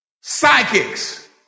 Psychics